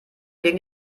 gegen